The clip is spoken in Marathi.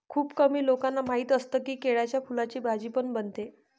खुप कमी लोकांना माहिती असतं की, केळ्याच्या फुलाची भाजी पण बनते